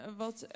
wat